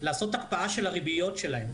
לעשות הקפאה של הריביות שלהם,